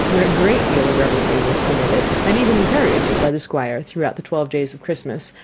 where a great deal of revelry was permitted, and even encouraged, by the squire throughout the twelve days of christmas,